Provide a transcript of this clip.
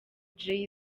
jay